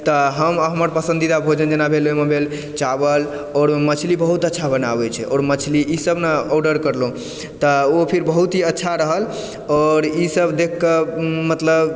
तऽ हम आ हमर पसन्दीदा भोजन जेना भेल ओहिमे भेल चावल आओर ओ मछली बहुत अच्छा बनाबैत छै आओर मछली ईसभ न ऑर्डर करलहुं तऽ ओ फेर बहुत ही अच्छा रहल आओर ईसभ देखिके मतलब